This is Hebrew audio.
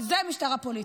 זו משטרה פוליטית.